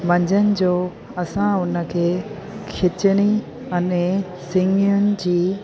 मंझंदि जो असां उन खे खिचड़ी अने सिङियुनि जी